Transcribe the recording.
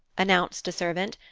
announced a servant,